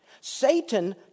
Satan